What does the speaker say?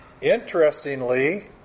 Interestingly